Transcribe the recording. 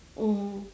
mm